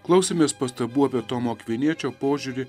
klausėmės pastabų apie tomo akviniečio požiūrį